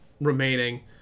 remaining